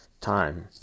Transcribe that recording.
time